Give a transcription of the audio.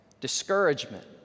discouragement